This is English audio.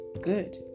good